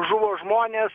žuvo žmonės